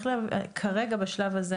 וכרגע בשלב הזה,